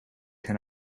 can